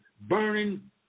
burning